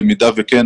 במידה וכן,